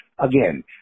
Again